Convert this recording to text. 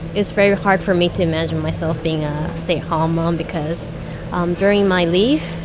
it's very hard for me to imagine myself being a stay-at-home mom because um during my leave,